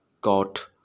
got